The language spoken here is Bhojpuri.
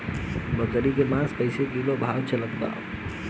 बकरी के मांस कईसे किलोग्राम भाव चलत बा?